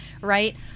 Right